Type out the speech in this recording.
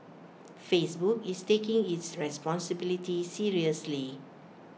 Facebook is taking its responsibility seriously